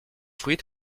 fruits